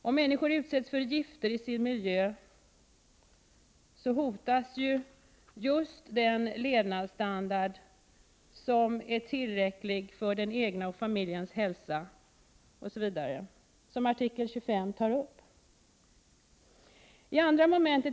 Om människor utsätts för gifter i sin miljö hotas just den levnadsstandard som är tillräcklig för den egna och familjens hälsa osv., vilket är just vad som tas upp i artikel 25.